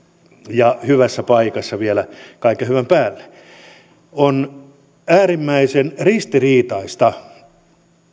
ja hyvässä paikassa vielä kaiken hyvän päälle on äärimmäisen ristiriitaista